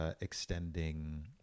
extending